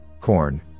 corn